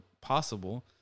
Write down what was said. possible